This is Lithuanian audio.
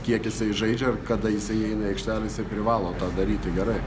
kiek jisai žaidžia ir kada jisai įeina aikštelę jisai privalo tą daryti gerai